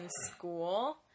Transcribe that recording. school